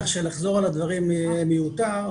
כך שלחזור על הדברים יהיה מיותר.